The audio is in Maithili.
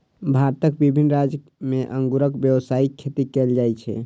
भारतक विभिन्न राज्य मे अंगूरक व्यावसायिक खेती कैल जाइ छै